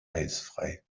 eisfrei